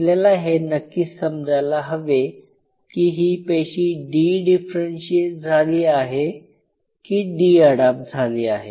आपल्याला हे नक्की समजायला हवे की ही पेशी डी डिफरेंशीएट झाली आहे की डी अडाप्ट झाली आहे